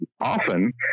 often